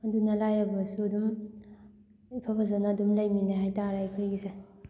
ꯑꯗꯨꯅ ꯂꯥꯏꯔꯕꯁꯨ ꯑꯗꯨꯝ ꯏꯐ ꯐꯖꯅ ꯑꯗꯨꯝ ꯂꯩꯃꯤꯟꯅꯩ ꯍꯥꯏꯇꯥꯔꯦ ꯑꯩꯈꯣꯏꯒꯤꯁꯦ